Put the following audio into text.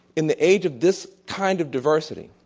in the age of this kind of diversity,